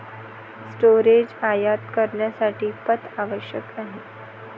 storage आयात करण्यासाठी पथ आवश्यक आहे